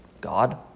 God